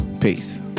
Peace